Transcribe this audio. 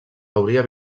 hauria